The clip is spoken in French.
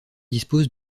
dispose